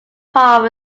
part